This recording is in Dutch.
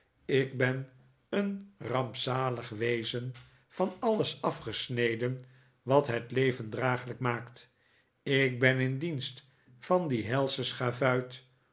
ik ben een rampzalig wezen van alles afgesneden wat het leven draaglijk maakt ik ben in dienst van dien helschen schavuit